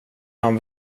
han